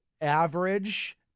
average